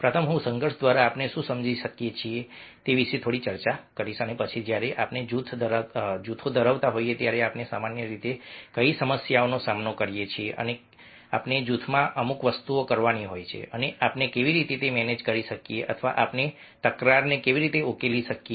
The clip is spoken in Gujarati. પ્રથમ હું સંઘર્ષ દ્વારા આપણે શું સમજીએ છીએ તે વિશે થોડી ચર્ચા કરીશ અને પછી જ્યારે આપણે જૂથો ધરાવતા હોઈએ ત્યારે આપણે સામાન્ય રીતે કઈ સમસ્યાઓનો સામનો કરીએ છીએ અને આપણે જૂથમાં અમુક વસ્તુઓ કરવાની હોય છે અને આપણે કેવી રીતે મેનેજ કરી શકીએ અથવા આપણે તકરારને ઉકેલી શકીએ